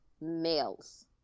males